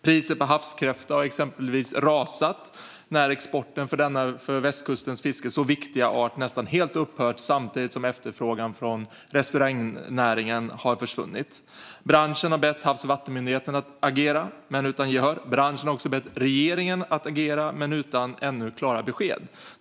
Priset på havskräfta har exempelvis rasat när exporten av denna för västkustens fiske så viktiga art nästan helt har upphört samtidigt som efterfrågan för restaurangnäringen har försvunnit. Branschen har bett Havs och vattenmyndigheten att agera, men utan gehör. Branschen har också bett regeringen att agera, men ännu utan klara besked.